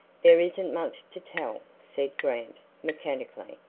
there isn't much to tell, said grant, mechanically.